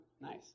nice